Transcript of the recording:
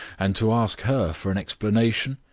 and to ask her for an explanation?